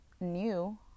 new